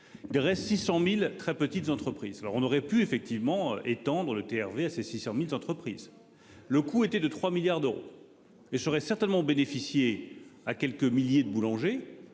entreprises. 600.000. Très petites entreprises, alors on aurait pu effectivement étendant le TRV à ces 600.000 entreprises. Le coup était de 3 milliards d'euros. Et j'aurais certainement bénéficier à quelques milliers de boulanger.